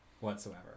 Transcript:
whatsoever